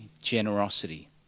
generosity